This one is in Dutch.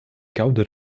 koude